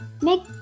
Make